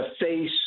face